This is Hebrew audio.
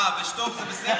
אה, ושתוק זה בסדר?